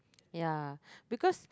ya because